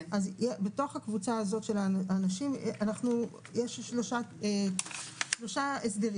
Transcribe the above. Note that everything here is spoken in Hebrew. בתוך הקבוצה הזאת של האנשים יש שלושה הסדרים.